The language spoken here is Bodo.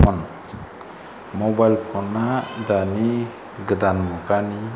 मबाइल फना दानि गोदान मुगानि